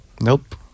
Nope